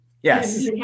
Yes